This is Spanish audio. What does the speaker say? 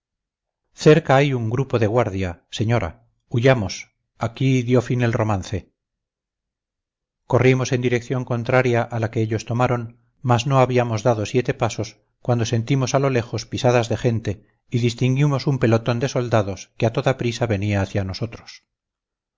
cerca hay un grupo de guardia señora huyamos aquí dio fin el romance corrimos en dirección contraria a la que ellos tomaron mas no habíamos andado siete pasos cuando sentimos a lo lejos pisadas de gente y distinguimos un pelotón de soldados que a toda prisa venía hacia nosotros